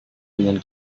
dengan